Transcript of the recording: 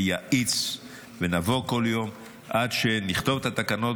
שיאיץ ונבוא כל יום עד שנכתוב את התקנות